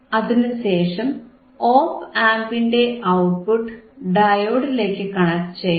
അതിനുശേഷം ഓപ് ആംപിന്റെ ഔട്ട്പുട്ട് ഡയോഡിലേക്കു കണക്ട് ചെയ്യണം